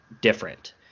different